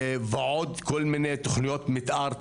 ועוד כל מיני תוכניות מתאר,